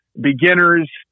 beginners